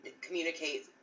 communicate